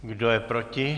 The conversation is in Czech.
Kdo je proti?